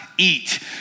eat